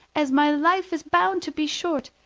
as my life is bound to be short,